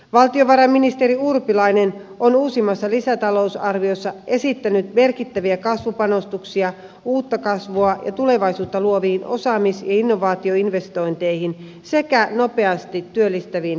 valtiovarainministeri urpilainen on uusimmassa lisätalousarviossa esittänyt merkittäviä kasvupanostuksia uutta kasvua ja tulevaisuutta luoviin osaamis ja innovaatioinvestointeihin sekä nopeasti työllistäviin liikennehankkeisiin